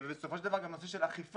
בסופו של דבר גם נושא של אכיפה.